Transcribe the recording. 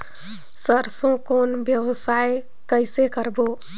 सरसो कौन व्यवसाय कइसे करबो?